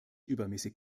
übermäßig